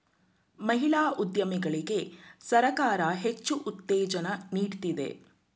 ಮಹಿಳಾ ಉದ್ಯಮಿಗಳಿಗೆ ಸರ್ಕಾರ ಹೆಚ್ಚು ಉತ್ತೇಜನ ನೀಡ್ತಿದೆ